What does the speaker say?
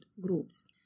groups